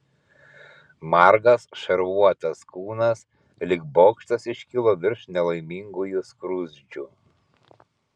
margas šarvuotas kūnas lyg bokštas iškilo virš nelaimingųjų skruzdžių